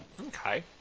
Okay